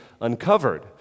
uncovered